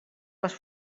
les